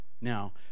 now